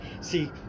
see